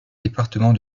département